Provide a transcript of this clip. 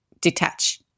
detach